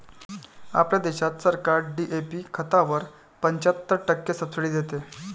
आपल्या देशात सरकार डी.ए.पी खतावर पंच्याहत्तर टक्के सब्सिडी देते